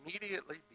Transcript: immediately